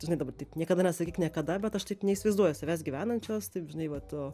žinai dabar taip niekada nesakyk niekada bet aš taip neįsivaizduoju savęs gyvenančios taip žinai va to